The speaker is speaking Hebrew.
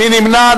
מי נמנע?